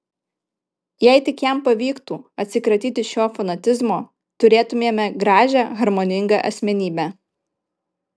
jei tik jam pavyktų atsikratyti šio fanatizmo turėtumėme gražią harmoningą asmenybę